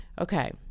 okay